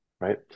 right